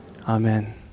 Amen